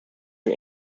are